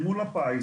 אל מול הפיס,